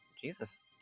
Jesus